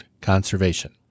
conservation